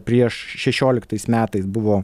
prieš šešioliktais metais buvo